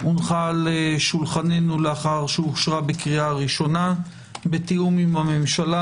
הונחה על שולחננו לאחר שאושרה בקריאה ראשונה בתיאום עם הממשלה,